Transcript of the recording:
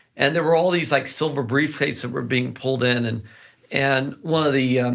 and there were all these like silver brief cases that were being pulled in, and and one of the